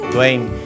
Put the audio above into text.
Dwayne